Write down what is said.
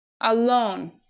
alone